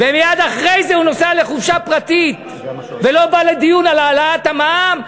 ומייד אחרי זה הוא נוסע לחופשה פרטית ולא בא לדיון על העלאת המע"מ.